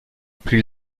plus